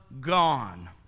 gone